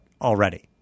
already